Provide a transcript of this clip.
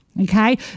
Okay